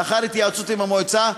לאחר התייעצות עם המועצה,